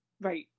Right